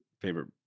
favorite